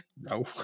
no